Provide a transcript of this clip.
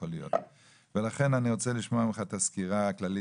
אני רוצה לשמוע ממך את הסקירה הכללית,